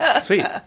Sweet